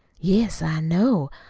yes, i know.